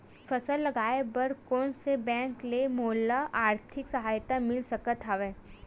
फसल लगाये बर कोन से बैंक ले मोला आर्थिक सहायता मिल सकत हवय?